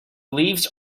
leaves